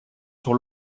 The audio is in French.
sur